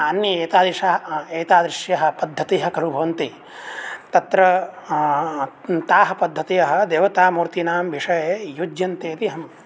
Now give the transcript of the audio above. अन्ये एतादृशाः एतादृश्यः पद्धतयः खलु भवन्ति तत्र ताः पद्ध्यतयः देवतामूर्तीनां विषये युज्यन्ते इति अहं